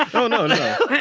oh, no, no